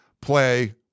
play